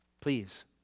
please